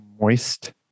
Moist